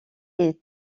est